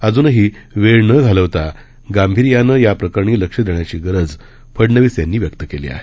अजूनही वेळ न घालवता गांभीर्यानं या प्रकरणी लक्ष देण्याची गरज फडनवीस यांनी व्यक्त केली आहे